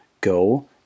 go